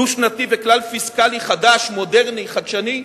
דו-שנתי וכלל פיסקלי חדש, מודרני, חדשני,